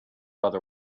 other